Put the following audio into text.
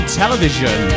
television